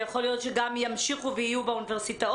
ויכול להיות שגם ימשיכו ויהיו באוניברסיטאות.